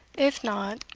if not,